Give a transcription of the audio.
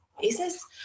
basis